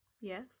Yes